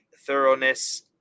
thoroughness